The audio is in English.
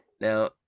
Now